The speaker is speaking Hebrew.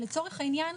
אבל לצורך העניין,